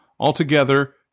Altogether